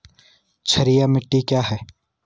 क्षारीय मिट्टी क्या है?